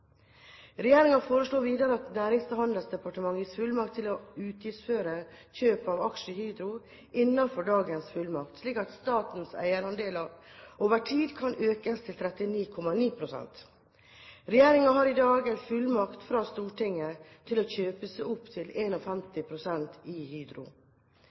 foreslår videre at Nærings- og handelsdepartementet gis fullmakt til å utgiftsføre kjøp av aksjer i Hydro innenfor dagens fullmakt, slik at statens eierandel over tid kan økes til 39,9 pst. Regjeringen har i dag en fullmakt fra Stortinget til å kjøpe seg opp til 51 pst. i Hydro.